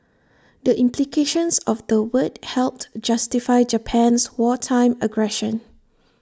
the implications of the word helped justify Japan's wartime aggression